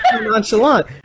nonchalant